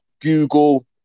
Google